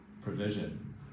provision